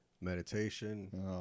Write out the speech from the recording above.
Meditation